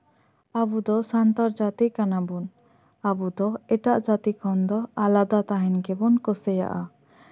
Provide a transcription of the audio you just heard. ᱟᱵᱚ ᱫᱚ ᱥᱟᱱᱛᱟᱲ ᱡᱟᱛᱤ ᱠᱟᱱᱟ ᱵᱚᱱ ᱟᱵᱚ ᱫᱚ ᱮᱴᱟᱜ ᱡᱟᱛᱤ ᱠᱷᱚᱱ ᱫᱚ ᱟᱞᱟᱫᱟ ᱛᱟᱦᱮᱱ ᱜᱮᱵᱚᱱ ᱠᱩᱥᱤᱭᱟᱜᱼᱟ